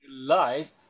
life